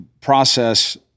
process